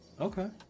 Okay